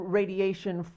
radiation